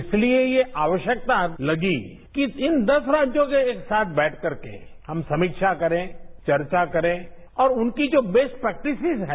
इसलिए ये आवश्यकता लगी कि इन दस राज्यों के एक साथ बैठकर के हम समीक्षाकरें चर्चा करें और उनकी जो बेस्ट प्रेक्टिसेज है